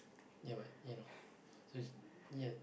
ya but you know so she ya